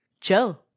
Joe